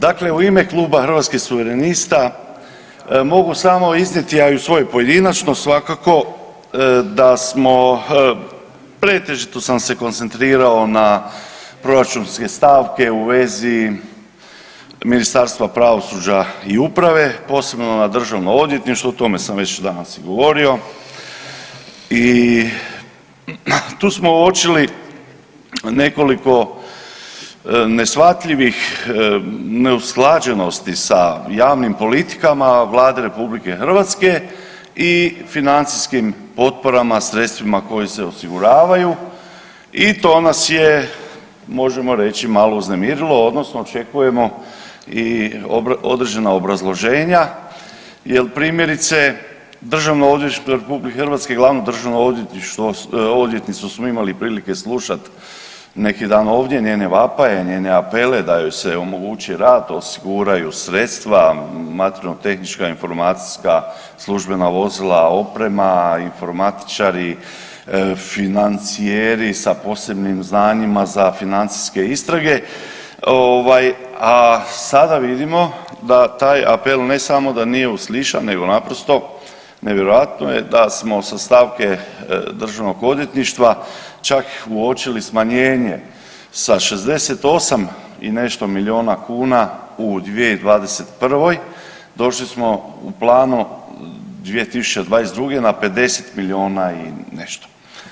Dakle u ime Kluba Hrvatskih suverenista mogu samo iznijeti, a i u svojoj pojedinačnoj svakako da smo, pretežito sam se koncentrirao na proračunske stavke u vezi Ministarstva pravosuđa i uprave, posebno na državno odvjetništvo, o tome sam već danas i govorio i tu smo uočili nekoliko neshvatljivih neusklađenosti sa javnim politikama Vlade RH i financijskim potporama, sredstvima koji se osiguravaju i to nas je možemo reći malo uznemirilo odnosno očekujemo i određena obrazloženja jel primjerice DORH i glavnu državnu odvjetnicu smo imali prilike slušat neki dan ovdje, njene vapaje, njene apele da joj se omogući rad, osiguraju sredstva materijalno tehnička informacijska, službena vozila, oprema, informatičari, financijeri sa posebnim znanjima za financijske istrage ovaj, a sada vidimo da taj apel ne samo da nije uslišan nego naprosto nevjerojatno je da smo sa stavke Državnog odvjetništva čak uočili smanjenje sa 68 i nešto milijuna kuna u 2021. došli smo u Planu 2022. na 50 milijuna i nešto.